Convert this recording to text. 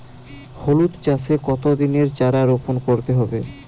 হলুদ চাষে কত দিনের চারা রোপন করতে হবে?